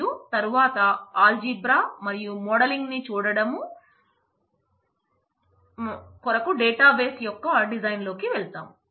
మరియు తరువాత అలీజీబ్రా లోనికి వెళతాం